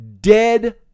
Dead